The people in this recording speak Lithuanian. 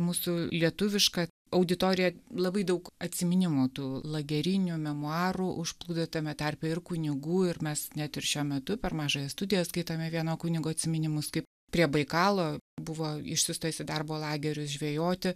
mūsų lietuvišką auditoriją labai daug atsiminimų tų lagerinių memuarų užplūdo tame tarpe ir kunigų ir mes net ir šiuo metu per mažąją studiją skaitome vieno kunigo atsiminimus kaip prie baikalo buvo išsiųstas į darbo lagerius žvejoti